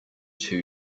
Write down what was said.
too